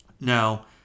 Now